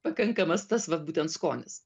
pakankamas tas vat būtent skonis